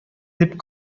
дип